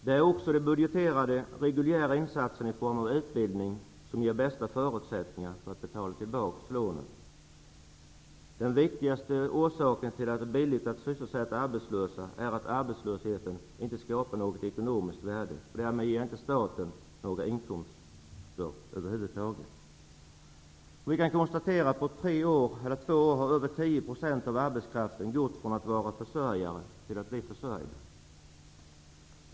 Det är också de budgeterade reguljära insatserna i form av utbildning som ger bästa förutsättningar för att betala tillbaka lånen. Men den viktigaste orsaken till att det är billigt att sysselsätta arbetslösa är att arbetslösheten inte skapar något ekonomiskt värde och därmed inte ger staten några inkomster, utan bara utgifter. Vi kan konstatera att på två till tre år har över 10 % av arbetskraften gått från att vara försörjare till att bli försörjda.